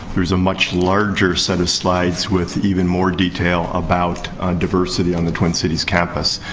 there's a much larger set of slides with even more detail about diversity on the twin cities campus.